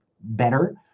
better